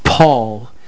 Paul